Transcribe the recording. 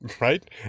Right